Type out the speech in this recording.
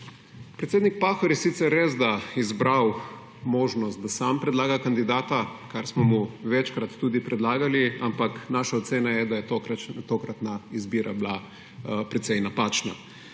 Predsednik Pahor je sicer resda izbral možnost, da sam predlaga kandidata, kar smo mu večkrat tudi predlagali, ampak, naša ocena je, da je tokratna izbira bila precej napačna.